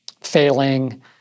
failing